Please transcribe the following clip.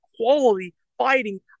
quality-fighting